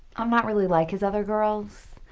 i'm not really like his other girls.